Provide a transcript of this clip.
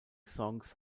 songs